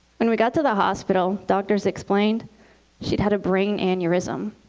when we got to the hospital, doctors explained she'd had a brain aneurysm.